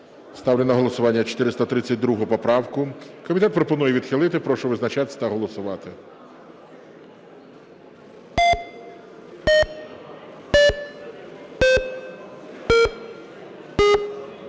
Ставлю на голосування 432 поправку. Комітет пропонує відхилити. Прошу визначатися та голосувати.